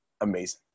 amazing